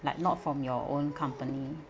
like not from your own company